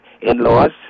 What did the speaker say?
in-laws